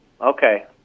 Okay